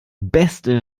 beste